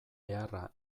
beharra